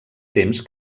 temps